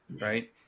Right